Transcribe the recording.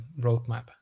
roadmap